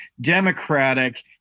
democratic